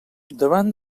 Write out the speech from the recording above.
davant